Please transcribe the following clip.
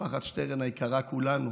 משפחת שטרן היקרה, כולנו